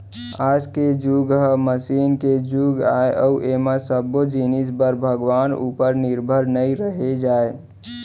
आज के जुग ह मसीन के जुग आय अउ ऐमा सब्बो जिनिस बर भगवान उपर निरभर नइ रहें जाए